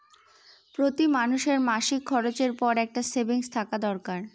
প্রতি মানুষের মাসিক খরচের পর একটা সেভিংস থাকা দরকার